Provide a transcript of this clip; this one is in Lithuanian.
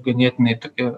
ganėtinai tokia